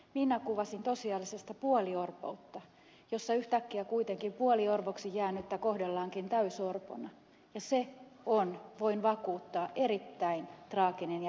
minä kuvasin tosiasiallisesti puoliorpoutta jossa yhtäkkiä kuitenkin puoliorvoksi jäänyttä kohdellaankin täysorpona ja se on voin vakuuttaa erittäin traaginen ja epäreilu tilanne